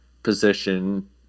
position